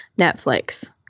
Netflix